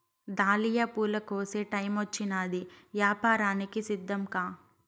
dahlia పూల కోసే టైమొచ్చినాది, యాపారానికి సిద్ధంకా